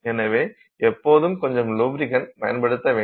எனவே எப்போதும் கொஞ்சம் லுபிரிக்ண்ட் பயன்படுத்த வேண்டும்